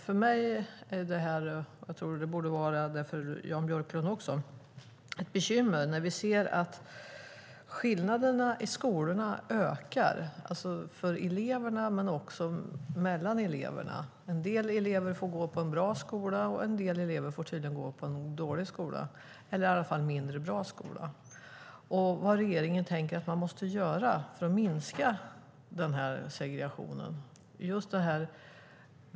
För mig, och jag tror att det borde vara det även för Jan Björklund, är det ett bekymmer när vi ser att skillnaderna i skolorna ökar, för eleverna men också mellan eleverna. En del elever får gå i en bra skola, och en del elever får tydligen gå i en dålig skola eller i alla fall en mindre bra skola. Vad tänker regeringen att man måste göra för att minska den här segregationen?